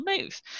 move